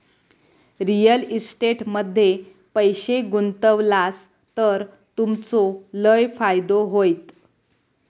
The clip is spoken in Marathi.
रिअल इस्टेट मध्ये पैशे गुंतवलास तर तुमचो लय फायदो होयत